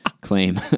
claim